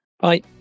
bye